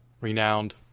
Renowned